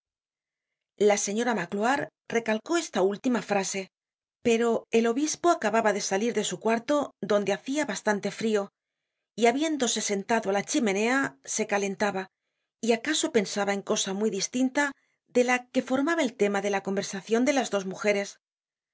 la señora magloire recalcó esta última frase pero el obispo acababa de salir de su cuarto donde hacia bastante frio y habiéndose sentado á la chimenea se calentaba y acaso pensaba en cosa muy distinta de la que formaba el tema de la conversacion de las dos mujeres